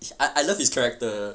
I I like his character